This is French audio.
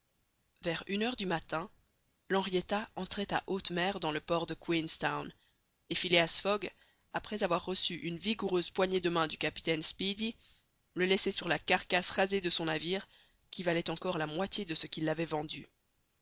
vers une heure du matin l'henrietta entrait à haute mer dans le port de queenstown et phileas fogg après avoir reçu une vigoureuse poignée de main du capitaine speedy le laissait sur la carcasse rasée de son navire qui valait encore la moitié de ce qu'il l'avait vendue